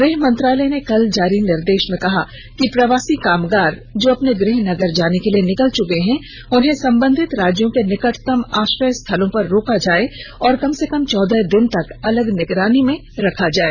गृह मंत्रालय ने कल जारी निर्देशों में कहा कि प्रवासी कामगार जो अपने गृह नगर जाने के लिए निकल चुके हैं उन्हें संबंधित राज्यों के निकटतम आश्रय स्थलों पर रोका जाए और कम से कम चौदह दिन तक अलग निगरानी में रखा जाए